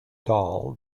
doll